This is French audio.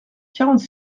quarante